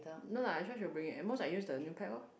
no lah I'm sure she will bring it at most I use the new pack orh